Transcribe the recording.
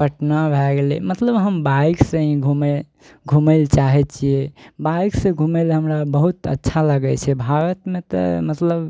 पटना भए गेलय मतलब हम बाइकसँ हीँ घुमय घुमय लए चाहय छियै बाइकसँ घुमय लए हमरा बहुत अच्छा लगय छै भारतमे तऽ मतलब